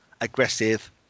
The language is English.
aggressive